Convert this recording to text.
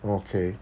okay